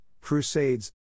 Crusades